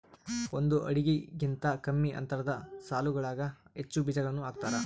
ಒಂದು ಅಡಿಗಿಂತ ಕಮ್ಮಿ ಅಂತರದ ಸಾಲುಗಳಾಗ ಹೆಚ್ಚು ಬೀಜಗಳನ್ನು ಹಾಕ್ತಾರ